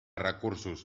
recursos